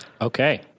Okay